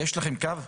יש לכם קו?